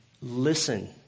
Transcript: listen